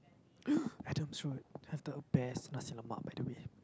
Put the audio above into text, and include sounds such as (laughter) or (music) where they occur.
(noise) Adam's road have the best nasi lemak by the way